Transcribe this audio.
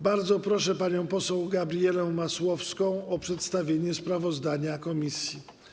Bardzo proszę panią poseł Gabrielę Masłowską o przedstawienie sprawozdania komisji.